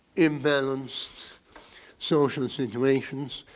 imbalanced social situations